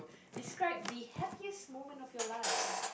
describe the happiest moment of your life